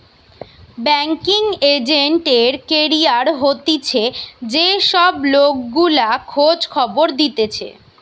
banking agent এর career হতিছে যে সব লোক গুলা খোঁজ খবর দিতেছে